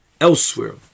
elsewhere